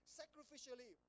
sacrificially